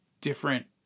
different